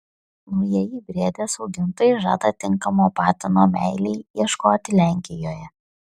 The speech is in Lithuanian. naujieji briedės augintojai žada tinkamo patino meilei ieškoti lenkijoje